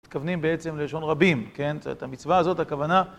מתכוונים בעצם ללשון רבים, כן? את המצווה הזאת, הכוונה.